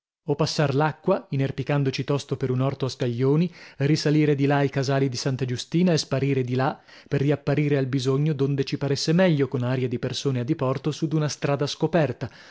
o passar l'acqua inerpicandoci tosto per un orto a scaglioni risalire di là ai casali di santa giustina e sparire di là per riapparire al bisogno donde ci paresse meglio con aria di persone a diporto su d'una strada scoperta